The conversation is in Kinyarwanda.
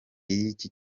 y’iki